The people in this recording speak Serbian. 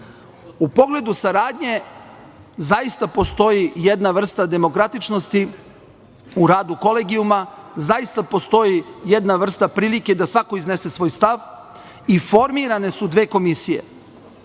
pogledu saradnje zaista postoji jedna vrsta demokratičnosti u radu Kolegijuma. Zaista postoji jedna vrsta prilike da svako iznese svoj stav i formirane su dve komisije